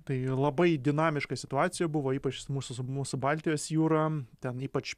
tai labai dinamiška situacija buvo ypač mūsų su mūsų baltijos jūra ten ypač